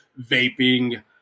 vaping